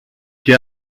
και